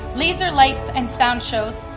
laser lights and sound show, so